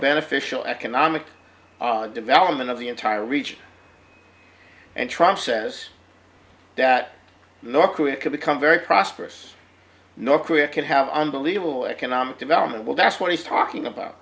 beneficial economic development of the entire region and trump says that north korea could become very prosperous north korea could have unbelievable economic development well that's what he's talking about